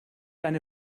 eine